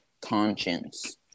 conscience